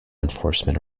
enforcement